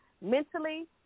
mentally